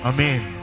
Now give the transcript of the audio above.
Amen